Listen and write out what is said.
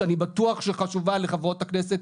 שאני בטוח שחשובה לחברות הכנסת.